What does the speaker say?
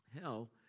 Hell